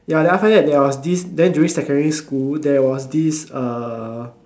ya then after that there was this then during secondary school there was this uh